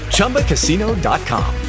ChumbaCasino.com